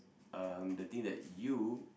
um the thing that you